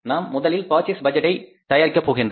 நாம் முதலில் பர்ச்சேஸ் பட்ஜெட்டை தயாரிக்கப் போகிறோம்